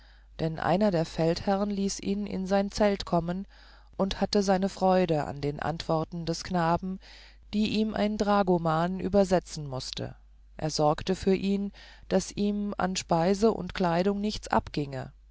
denn einer der feldherrn ließ ihn in sein zelt kommen und hatte seine freude an den antworten des knaben die ihm ein dragoman übersetzen mußte er sorgte für ihn daß ihm an speise und kleidung nichts abginge